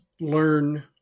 learn